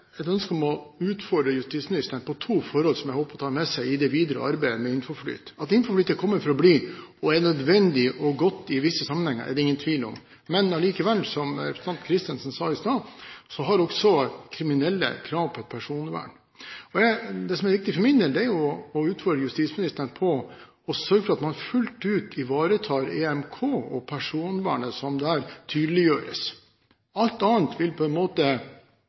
et ønske om å utfordre justisministeren på to forhold som jeg håper hun tar med seg i det videre arbeid med INFOFLYT. At INFOFLYT er kommet for å bli og er nødvendig og godt i visse sammenhenger, er det ingen tvil om. Men allikevel, som representanten Christensen sa i stad, har også kriminelle krav på personvern. Det som er viktig for min del, er å utfordre justisministeren på å sørge for at man fullt ut ivaretar EMK og personvernet som der tydeliggjøres. Alt annet vil på en måte